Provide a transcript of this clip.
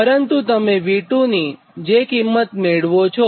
પરંતુ તમે V2 ની જે કિંમત મેળવો છો